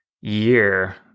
year